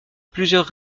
plusieurs